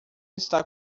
está